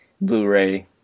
Blu-ray